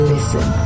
Listen